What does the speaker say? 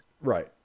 Right